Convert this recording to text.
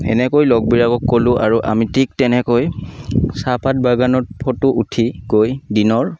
সেনেকৈ লগবিলাকক ক'লোঁ আৰু আমি ঠিক তেনেকৈ চাহপাত বাগানত ফটো উঠি গৈ দিনৰ